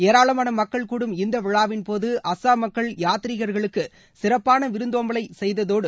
ஏராளமான மக்கள் கூடும் இந்த விழாவின்போது அசாம் மக்கள் யாத்ரீகர்களுக்கு சிறப்பான விருந்தோம்பலை செய்ததோடு